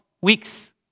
weeks